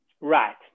Right